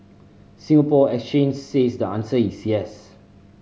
Singapore Exchange says the answer is yes